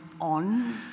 on